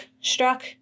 struck